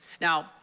Now